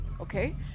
okay